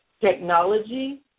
technology